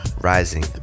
Rising